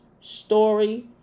story